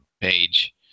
page